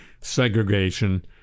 segregation